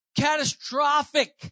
Catastrophic